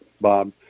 Bob